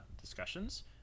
discussions